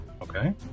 Okay